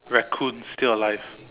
Raccoon still alive